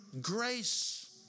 grace